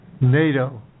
NATO